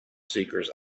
seekers